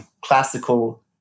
classical